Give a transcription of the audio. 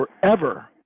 forever